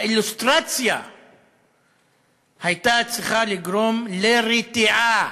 האילוסטרציה הייתה צריכה לגרום לרתיעה,